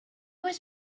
was